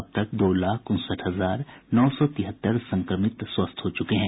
अब तक दो लाख उनसठ हजार नौ सौ तिहत्तर संक्रमित स्वस्थ हो चुके हैं